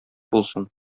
булсын